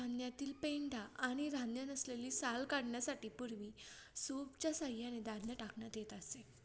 धान्यातील पेंढा आणि धान्य नसलेली साल काढण्यासाठी पूर्वी सूपच्या सहाय्याने धान्य टाकण्यात येत असे